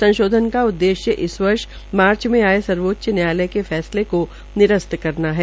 संशोधन का उद्देश्य इस वर्ष माच्र में आये सर्वोच्च न्यायालय के फैसले को निरस्त करना है